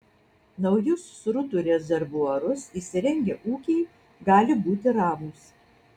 naujus srutų rezervuarus įsirengę ūkiai gali būti ramūs